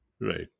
Right